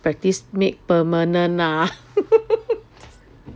practice make permanent nah